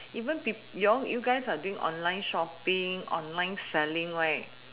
even people you all you guys are doing online shopping right online selling right